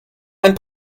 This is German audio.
ein